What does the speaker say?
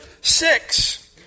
six